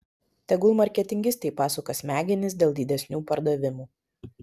tegul marketingistai pasuka smegenis dėl didesnių pardavimų